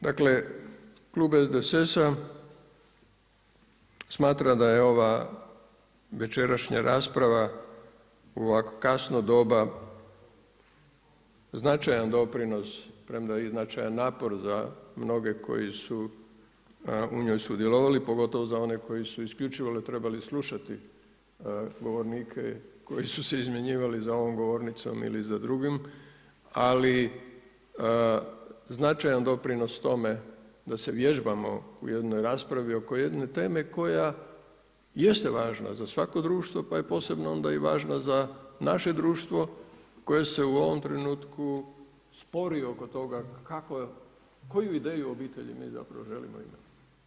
Dakle, klub SDSS-a smatra da je ova večerašnja rasprava u ovako kasno doba značajan doprinos premda i značaj napor za mnoge koji su u njoj sudjelovali, pogotovo za one koji su isključivo trebali slušati govornike koji su se izmjenjivali za ovom govornicom ili za drugim ali značajan doprinos tome da se vježbamo u jednoj raspravi oko jedne teme koja jeste važna za svako društvo pa je onda posebno važna za naše društvo koje se u ovom trenutku spori oko toga koju ideju obitelji mi zapravo želimo imati.